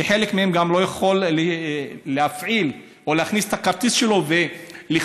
שחלק מהם גם לא יכולים להפעיל או להכניס את הכרטיסים שלהם ולכתוב.